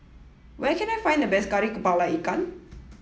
where can I find the best Kari Kepala Ikan